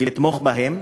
אלא לתמוך בהם,